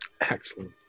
Excellent